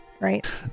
Right